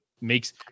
makes